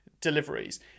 deliveries